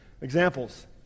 Examples